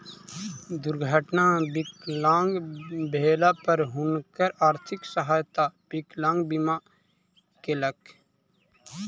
दुर्घटना मे विकलांग भेला पर हुनकर आर्थिक सहायता विकलांग बीमा केलक